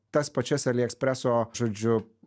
tas pačias aliekspreso žodžiu